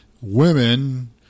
women